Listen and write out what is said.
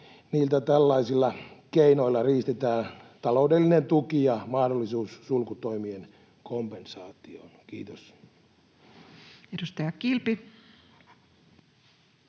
niiltä tällaisilla keinoilla riistetään taloudellinen tuki ja mahdollisuus sulkutoimien kompensaatioon. — Kiitos. [Speech 169]